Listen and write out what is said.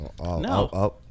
No